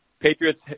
Patriots